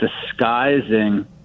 disguising